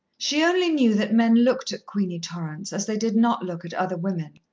she only knew that men looked at queenie torrance as they did not look at other women,